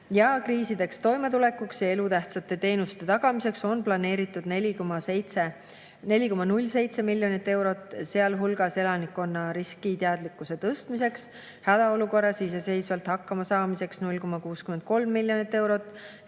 Kriisidega toimetulekuks ja elutähtsate teenuste tagamiseks on planeeritud 4,07 miljonit eurot, sealhulgas elanikkonna riskiteadlikkuse tõstmiseks, hädaolukorras iseseisvalt hakkama saamiseks 0,63 miljonit eurot,